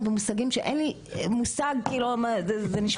במושגים שאין לי מושג כאילו זה נשמע לי כמו סינית.